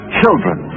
children